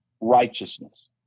righteousness